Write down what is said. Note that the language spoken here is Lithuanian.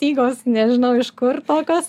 stygos nežinau iš kur tokios